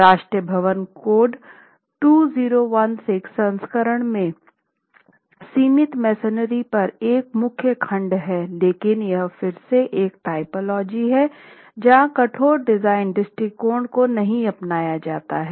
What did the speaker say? राष्ट्रीय भवन कोड 2016 संस्करण में सीमित मेसनरी पर एक मुख्य खंड हैलेकिन यह फिर से एक टाइपोलॉजी है जहां कठोर डिजाइन दृष्टिकोण को नहीं अपनाया जाता है